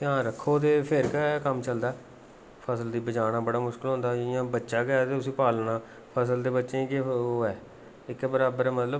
ध्यान रक्खो ते फ्ही गै कम्म चलदा ऐ फसल गी बचाना बड़ा मुश्कल होंदा जि'यां बच्चा गै ऐ ते उसी पालना फसल ते बच्चें च केह् ओह् ऐ इक्कै बराबर ऐ मतलब